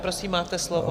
Prosím, máte slovo.